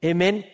Amen